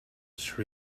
sri